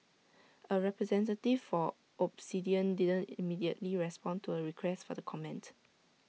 A representative for Obsidian didn't immediately respond to A request for the comment